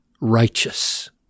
righteous